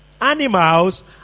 animals